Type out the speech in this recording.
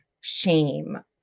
shame